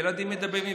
הילדים מדברים עברית,